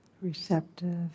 Receptive